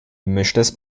gemischtes